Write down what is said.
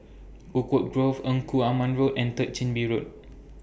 Oakwood Grove Engku Aman Road and Third Chin Bee Road